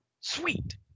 Sweet